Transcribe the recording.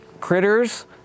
critters